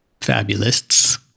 fabulists